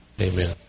Amen